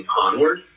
onward